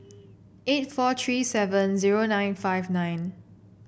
eight four three seven zero nine five nine